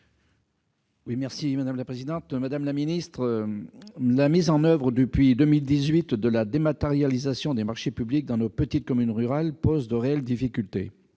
finances. Madame la secrétaire d'État, la mise en oeuvre, depuis 2018, de la dématérialisation des marchés publics dans nos petites communes rurales pose de réelles difficultés.